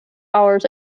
hours